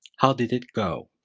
how did it go?